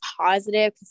positive